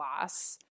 loss